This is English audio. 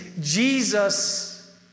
Jesus